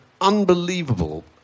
unbelievable